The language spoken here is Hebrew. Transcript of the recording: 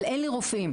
אבל אין לי רופאים.